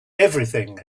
everything